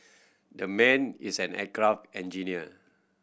the man is an aircraft engineer